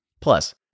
Plus